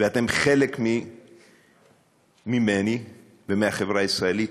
ואתם חלק ממני ומהחברה הישראלית,